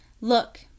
Look